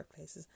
workplaces